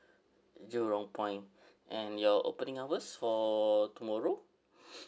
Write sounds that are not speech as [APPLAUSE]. jurong point and your opening hours for tomorrow [NOISE]